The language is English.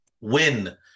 win